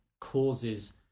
causes